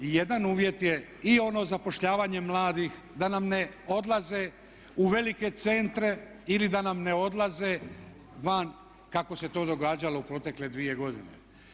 Jedan uvjet je i ono zapošljavanje mladih da nam ne odlaze u velike centre ili da nam ne odlaze van kako se to događalo u protekle dvije godine.